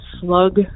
slug